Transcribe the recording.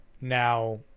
Now